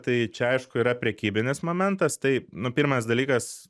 tai čia aišku yra prekybinis momentas tai nu pirmas dalykas